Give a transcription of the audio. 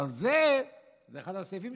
ויפחית יוקר המחיה.